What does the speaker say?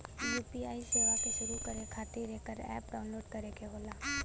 UPI सेवा क शुरू करे खातिर एकर अप्प डाउनलोड करे क होला